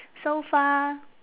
so far